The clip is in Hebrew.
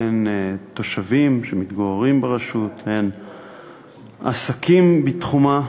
הן תושבים שמתגוררים ברשות, הן עסקים בתחומה,